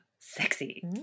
Sexy